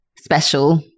special